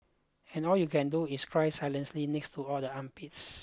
and all you can do is cry silently next to all the armpits